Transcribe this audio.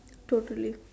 totally